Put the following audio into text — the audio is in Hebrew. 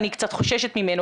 אני קצת חוששת ממנו,